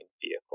vehicle